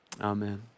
Amen